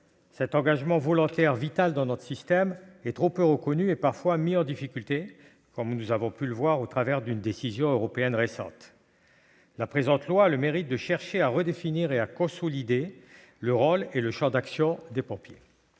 : l'engagement volontaire, vital dans notre système, est trop peu reconnu et parfois mis en difficulté, comme nous avons pu le constater à l'occasion d'une décision européenne récente. La présente proposition de loi a le mérite de chercher à redéfinir et à consolider le rôle et le champ d'action des pompiers.